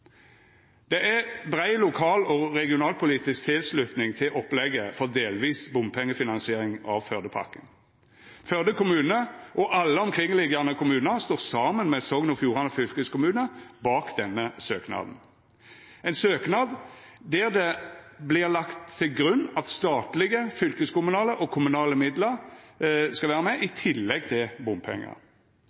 Det er brei lokal- og regionalpolitisk tilslutning til opplegget for delvis bompengefinansiering av Førdepakken. Førde kommune og alle omkringliggjande kommunar står saman med Sogn og Fjordane fylkeskommune bak denne søknaden – ein søknad der det vert lagt til grunn at statlege, fylkeskommunale og kommunale midlar skal vera med i tillegg til bompengar.